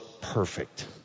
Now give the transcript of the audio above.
perfect